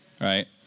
right